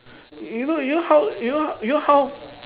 you know you know how you know you know how